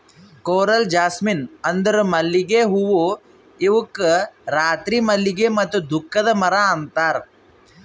coral jasmine ಅಂದುರ್ ಮಲ್ಲಿಗೆ ಹೂವು ಇವುಕ್ ರಾತ್ರಿ ಮಲ್ಲಿಗೆ ಮತ್ತ ದುಃಖದ ಮರ ಅಂತಾರ್